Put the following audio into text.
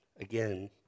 Again